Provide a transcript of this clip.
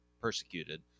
persecuted